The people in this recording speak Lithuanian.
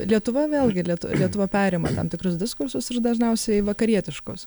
lietuva vėlgi lietu lietuva perima tam tikrus diskursus ir dažniausiai vakarietiškus